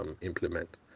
implement